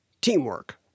teamwork